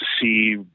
see